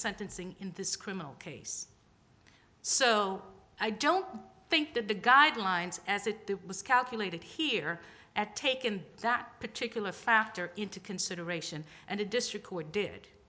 sentencing in this criminal case so i don't think that the guidelines as it was calculated here at taken that particular factor into consideration and a district